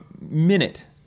minute